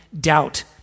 doubt